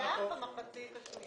במהלך המחצית השנייה.